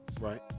Right